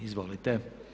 Izvolite.